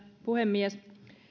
puhemies